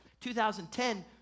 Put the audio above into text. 2010